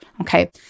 Okay